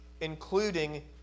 including